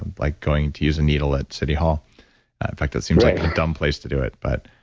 and like going to use a needle at city hall, in fact that seems like a dumb place to do it but.